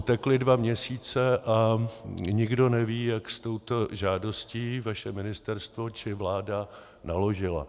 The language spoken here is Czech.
Utekly dva měsíce a nikdo neví, jak s touto žádostí vaše ministerstvo či vláda naložily.